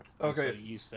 Okay